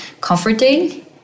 comforting